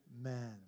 amen